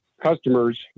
customers